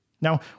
Now